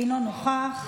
אינו נוכח,